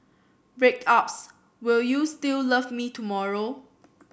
breakups will you still love me tomorrow